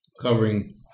covering